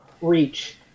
reach